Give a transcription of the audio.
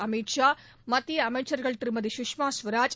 அமித்ஷா மத்திய அமைச்சா்கள் திருமதி கஷ்மா கவராஜ்